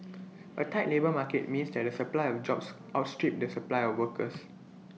A tight labour market means that the supply of jobs outstrip the supply of workers